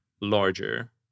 larger